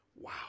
Wow